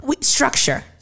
Structure